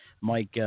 Mike